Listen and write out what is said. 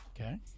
Okay